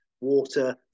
water